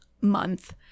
month